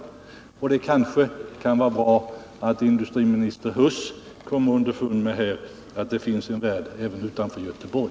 Det kanske kan vara bra att industriminister Huss kommer underfund med att det finns en värld även utanför Göteborg.